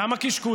למה קשקוש?